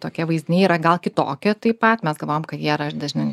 tokie vaizdiniai yra gal kitokie taip pat mes galvojam kad jie yra dažnai